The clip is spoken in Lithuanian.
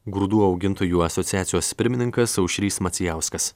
grūdų augintojų asociacijos pirmininkas aušrys macijauskas